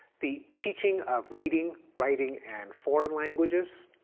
the teaching of reading, writing, and foreign languages,